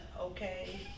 okay